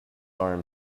arm